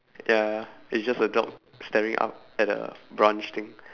ya it's just a dog staring up at the branch thing